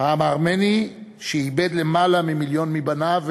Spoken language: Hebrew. העם הארמני שאיבד למעלה ממיליון מבניו,